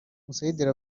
musayidire